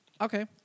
Okay